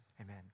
amen